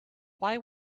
why